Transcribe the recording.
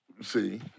see